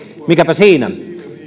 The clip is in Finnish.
mikäpä siinä